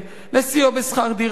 לסיוע בשכר-דירה,